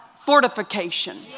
fortification